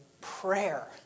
Prayer